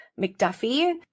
McDuffie